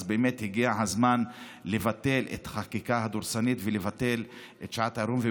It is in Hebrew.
אז באמת הגיע הזמן לבטל את החקיקה הדורסנית ולבטל את שעת החירום,